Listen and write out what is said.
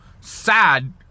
sad